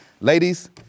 Ladies